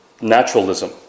naturalism